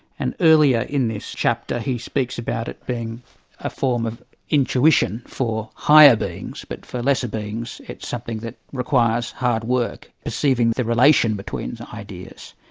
and earlier in this chapter he speaks about it being a form of intuition for higher beings, but for lesser beings it's something that requires hard work, perceiving the relation between the ideas.